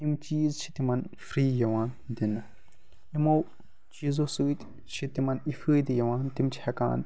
یِم چیٖز چھِ تِمَن فِرٛی یِوان دِنہٕ یِمو چیٖزَو سۭتۍ چھِ تِمَن یہِ فٲیِدٕ یِوان تِم چھِ ہٮ۪کان